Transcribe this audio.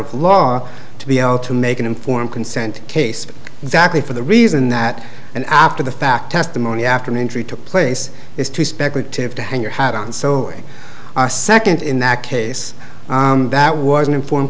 of law to be out to make an informed consent case exactly for the reason that and after the fact testimony after an injury took place is too speculative to hang your hat on sewing a second in that case that was an informed